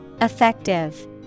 Effective